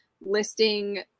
listing